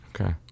Okay